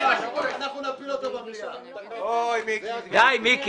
כלומר העובדים האלה כבר עבדו את כל שנת 2018. אחת,